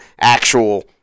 actual